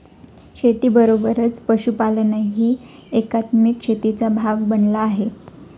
शेतीबरोबरच पशुपालनही एकात्मिक शेतीचा भाग बनला आहे